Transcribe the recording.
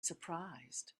surprised